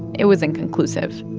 it was inconclusive.